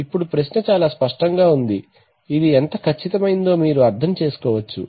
ఇప్పుడు ప్రశ్న చాలా స్పష్టంగా ఉంది ఇది ఎంత ఖచ్చితమైనదో మీరు అర్థం చేసుకోవచ్చు